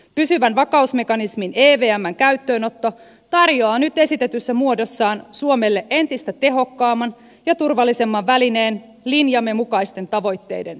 pysyvän vakausmekanismin evmn käyttöönotto tarjoaa nyt esitetyssä muodossaan suomelle entistä tehokkaamman ja turvallisemman välineen linjamme mukaisten tavoitteiden